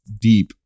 deep